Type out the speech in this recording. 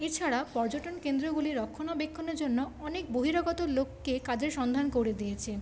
এছাড়া পর্যটন কেন্দ্রগুলি রক্ষণাবেক্ষণের জন্য অনেক বহিরাগত লোককে কাজের সন্ধান করে দিয়েছে